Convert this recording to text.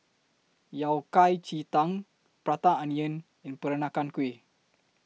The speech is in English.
Yao Cai Ji Tang Prata Onion and Peranakan Kueh